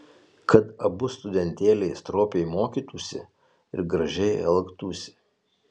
kad abu studentėliai stropiai mokytųsi ir gražiai elgtųsi